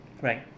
right